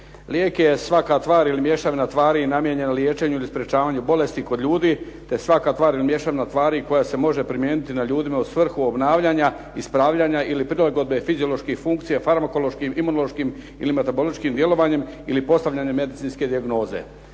Lijek je svaka tvar ili mješavina tvari namijenjena liječenju ili sprječavanju bolesti kod ljudi te svaka tvar ili mješavina tvari koja se može primijeniti na ljudima u svrhu obnavljanja, ispravljanja ili prilagodbe fizioloških funkcija farmakološkim, imunološkim ili metaboličkim djelovanjem ili postavljanjem medicinske dijagnoze.